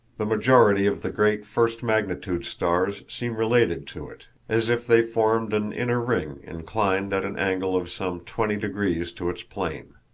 the majority of the great first-magnitude stars seem related to it, as if they formed an inner ring inclined at an angle of some twenty degrees to its plane.